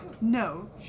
No